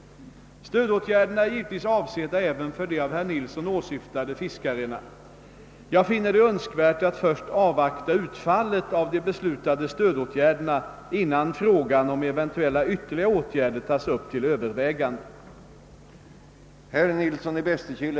Stödåtgärderna är givetvis avsedda även för de av herr Nilsson åsyftade fiskarna. Jag finner det önskvärt att först avvakta utfallet av de beslutade stödåtgärderna, innan frågan om eventuella ytterligare åtgärder tas upp till övervägande.